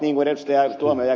tuomioja kertoi